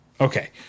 Okay